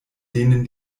denen